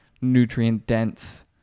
nutrient-dense